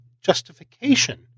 justification